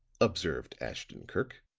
observed ashton-kirk,